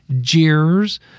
jeers